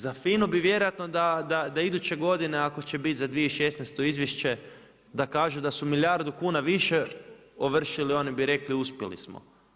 Za FINA-u bi vjerojatno da iduće godine ako će biti za 2016. izvješće da kaže da su milijardu kuna više ovršili oni bi rekli uspjeli smo.